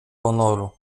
honoru